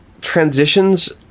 transitions